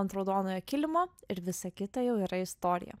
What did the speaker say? ant raudonojo kilimo ir visa kita jau yra istorija